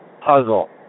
puzzle